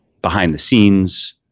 behind-the-scenes